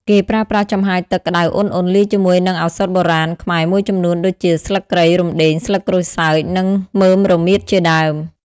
គេប្រើប្រាស់ចំហាយទឹកក្ដៅឧណ្ហៗលាយជាមួយនឹងឱសថបុរាណខ្មែរមួយចំនួនដូចជា ស្លឹកគ្រៃ រំដេង ស្លឹកក្រូចសើច និងមើមរមៀតជាដើម។